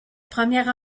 première